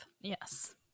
Yes